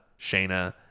Shayna